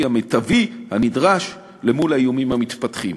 המיטבי הנדרש למול האיומים המתפתחים.